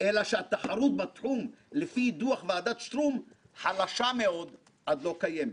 אלא שהתחרות בתחום לפי דוח ועדת שטרום חלשה מאוד עד לא קיימת.